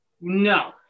No